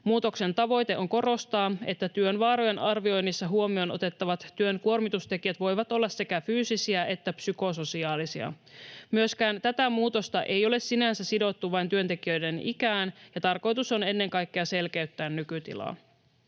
Muutoksen tavoite on korostaa, että työn vaarojen arvioinnissa huomioon otettavat työn kuormitustekijät voivat olla sekä fyysisiä että psykososiaalisia. Myöskään tätä muutosta ei ole sinänsä sidottu vain työntekijöiden ikään, ja tarkoitus on ennen kaikkea selkeyttää nykytilaa.